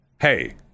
hey